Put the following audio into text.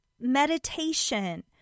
meditation